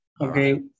Okay